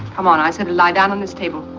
come on, i said lie down on this table.